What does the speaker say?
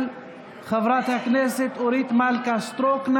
של חברת הכנסת אורית מלכה סטרוק.